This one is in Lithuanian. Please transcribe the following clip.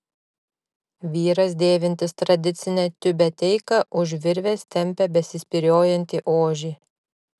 vyras dėvintis tradicinę tiubeteiką už virvės tempia besispyriojantį ožį